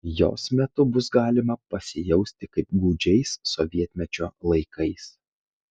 jos metu bus galima pasijausti kaip gūdžiais sovietmečio laikais